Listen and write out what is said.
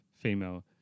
female